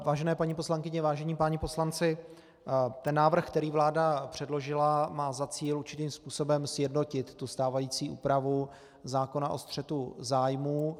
Vážené paní poslankyně, vážení páni poslanci, ten návrh, který vláda předložila, má za cíl určitým způsobem sjednotit stávající úpravu zákona o střetu zájmů.